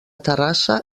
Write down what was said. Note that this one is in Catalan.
terrassa